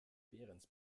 behrens